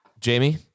Jamie